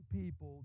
people